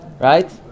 Right